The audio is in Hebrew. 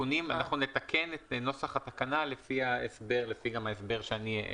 אנחנו נתקן את נוסח התקנה לפי ההסבר שנתתי.